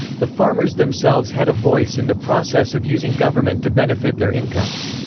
the farmers themselves had a voice in the process of using government to benefit their incomes.